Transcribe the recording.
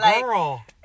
Girl